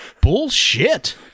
Bullshit